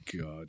God